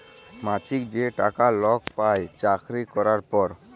মাছিক যে টাকা লক পায় চাকরি ক্যরার পর